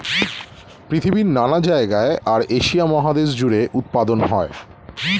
পৃথিবীর নানা জায়গায় আর এশিয়া মহাদেশ জুড়ে উৎপাদন হয়